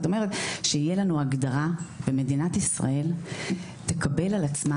זאת אומרת שיהיה לנו הגדרה ומדינת ישראל תקבל על עצמה